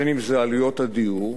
אם זה עלויות הדיור,